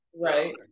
right